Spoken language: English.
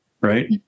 right